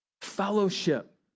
Fellowship